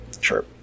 Sure